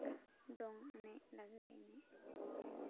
ᱫᱚᱝ ᱮᱱᱮᱡ ᱞᱟᱸᱜᱽᱲᱮ ᱮᱱᱮᱡ